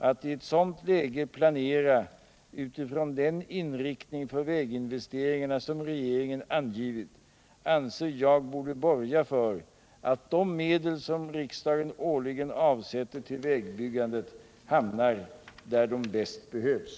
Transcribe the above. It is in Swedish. Att i ett sådant läge planera utifrån den inriktning för väginvesteringarna som regeringen angivit anser jag borde borga för att de medel som riksdagen årligen avsätter till vägbyggandet hamnar där de bäst behövs.